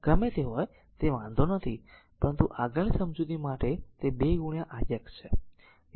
ગમે તે હોય તે વાંધો નથી પરંતુ આગળની સમજૂતીમાટે તે 2 i x છે